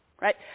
Right